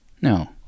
No